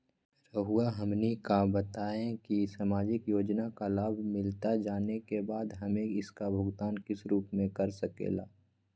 रहुआ हमने का बताएं की समाजिक योजना का लाभ मिलता जाने के बाद हमें इसका भुगतान किस रूप में कर सके ला?